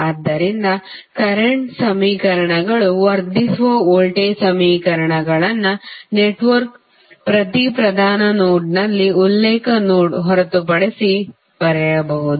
ಆದ್ದರಿಂದ ಕರೆಂಟ್ ಸಮೀಕರಣಗಳು ವರ್ಧಿಸುವ ವೋಲ್ಟೇಜ್ ಸಮೀಕರಣಗಳನ್ನು ನೆಟ್ವರ್ಕ್ನ ಪ್ರತಿ ಪ್ರಧಾನ ನೋಡ್ನಲ್ಲಿ ಉಲ್ಲೇಖ ನೋಡ್ ಹೊರತುಪಡಿಸಿ ಬರೆಯಬಹುದು